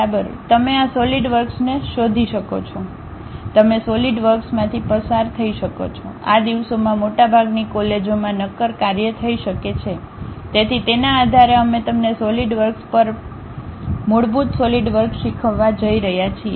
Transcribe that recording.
તમે આ SolidWorks શોધી શકો છો તમે સોલિડ વર્ક્સમાંથી પસાર થઈ શકો છો આ દિવસોમાં મોટાભાગની કોલેજોમાં નક્કર કાર્ય થઈ શકે છે તેથી તેના આધારે અમે તમને સોલિડ વર્ક્સ પર મૂળભૂત સોલિડવર્ક શીખવવા જઈ રહ્યા છીએ